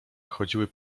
chodziły